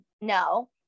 no